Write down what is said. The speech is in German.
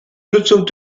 nutzung